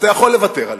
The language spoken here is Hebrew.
אתה יכול לוותר עליהן,